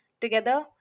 Together